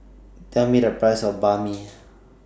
Tell Me The Price of Banh MI